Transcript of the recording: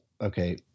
okay